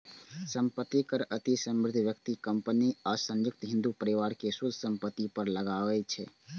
संपत्ति कर अति समृद्ध व्यक्ति, कंपनी आ संयुक्त हिंदू परिवार के शुद्ध संपत्ति पर लागै छै